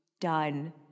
Done